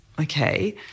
okay